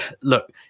look